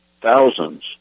Thousands